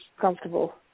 comfortable